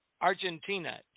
Argentina